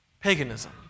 paganism